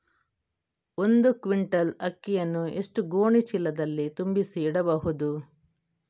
ಒಂದು ಕ್ವಿಂಟಾಲ್ ಅಕ್ಕಿಯನ್ನು ಎಷ್ಟು ಗೋಣಿಚೀಲದಲ್ಲಿ ತುಂಬಿಸಿ ಇಡಬಹುದು?